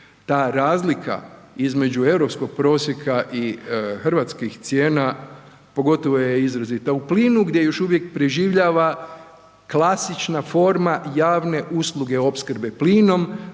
Ta razlika između europskog prosjeka i hrvatskih cijena, pogotovo je izrazita u plinu gdje još uvijek preživljava klasična forma javne usluge opskrbe plinom,